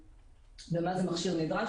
מה זה מכשיר נדרש?